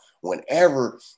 whenever